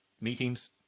meetings